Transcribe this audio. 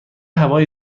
هوای